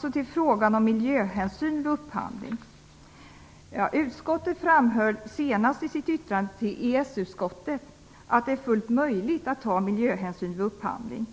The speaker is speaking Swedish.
Så till frågan om miljöhänsyn vid upphandling. Utskottet framhöll senast i sitt yttrande till EES utskottet att det är fullt möjligt att ta miljöhänsyn vid upphandling.